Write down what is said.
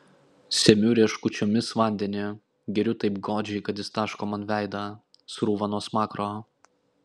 semiu rieškučiomis vandenį geriu taip godžiai kad jis taško man veidą srūva nuo smakro